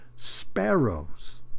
sparrows